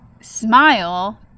smile